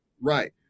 right